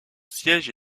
siège